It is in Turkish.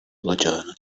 olacağını